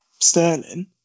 Sterling